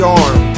arm